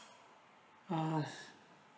ah